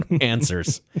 answers